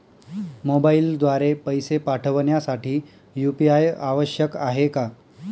मोबाईलद्वारे पैसे पाठवण्यासाठी यू.पी.आय आवश्यक आहे का?